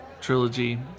trilogy